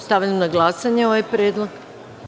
Stavljam na glasanje ovaj predlog.